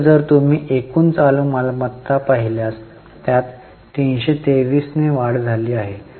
तर जर तुम्ही एकूण चालू मालमत्ता पाहिल्यास त्यात 323 वाढ झाली आहे